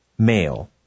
Male